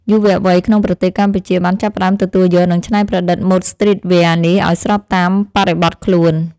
យុវវ័យក្នុងប្រទេសកម្ពុជាបានចាប់ផ្តើមទទួលយក និងច្នៃប្រឌិតម៉ូដស្ទ្រីតវែរនេះឱ្យស្របតាមបរិបទខ្លួន។